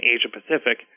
Asia-Pacific